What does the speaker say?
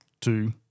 two